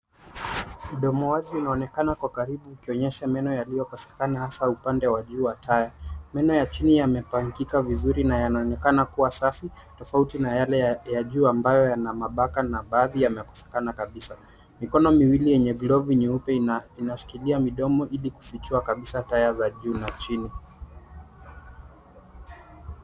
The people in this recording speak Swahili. Mdomo wazi unaonekana kwa karibu ukionyesha meno yaliyokosekana hasa upande wa juu wa taya. Meno ya chini yamepangika vizuri na yanaonekana kuwa safi, tofauti na yale ya juu ambayo yana mabaka na baadhi yamekosekana kabisa. Mikono miwili yenye globu nyeupe inashikilia midomo ili kufichua kabisa taya za juu na chini.